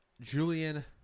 Julian